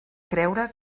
creure